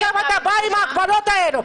עכשיו אתה בא עם ההגבלות האלה.